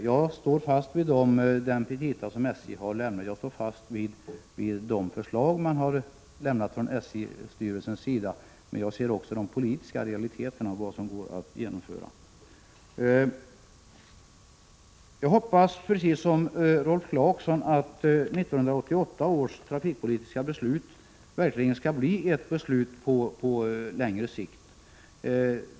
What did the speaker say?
Jag står fast vid den petita som SJ har lämnat, och jag står fast vid SJ-styrelsens förslag, men jag ser samtidigt de politiska realiteterna när det gäller vad som går att genomföra. Precis som Rolf Clarkson hoppas jag att 1988 års trafikpolitiska beslut verkligen skall bli ett beslut på längre sikt.